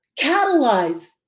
catalyze